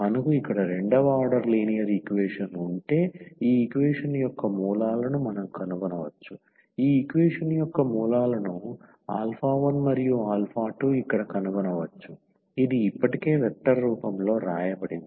మనకు ఇక్కడ రెండవ ఆర్డర్ లీనియర్ ఈక్వేషన్ ఉంటే ఈ ఈక్వేషన్ యొక్క మూలాలను మనం కనుగొనవచ్చు ఈ ఈక్వేషన్ యొక్క మూలాలను 1 మరియు 2 ఇక్కడ కనుగొనవచ్చు ఇది ఇప్పటికే వెక్టర్ రూపంలో వ్రాయబడింది